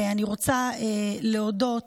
ואני רוצה להודות